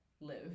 live